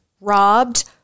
robbed